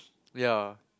ya